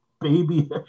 baby